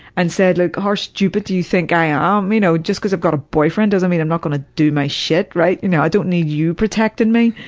and said, look, how stupid do you think i am, um you know, just because i've got a boyfriend doesn't mean i'm not gonna do my shit, right? and now i don't need you protecting me.